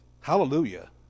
Hallelujah